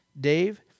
Dave